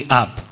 up